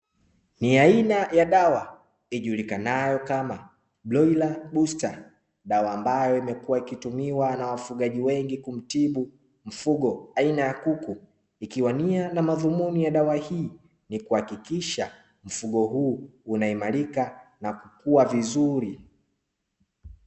Ni aina ya dawa ijulikanayo kama "Broiler booster" dawa ambayo imekuwa ikitumiwa na wafugaji wengi kumtibu mfugo aina ya kuku, ikiwa nia na madhumuni ya dawa hii, ni kuhakikisha mfugo huu unaimarika na kukua vizuri.